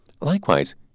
Likewise